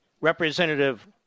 Representative